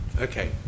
Okay